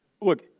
Look